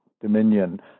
dominion